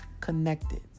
connected